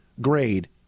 grade